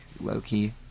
low-key